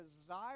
desire